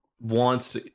wants